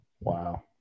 Wow